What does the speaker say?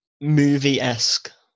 movie-esque